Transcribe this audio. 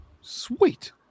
sweet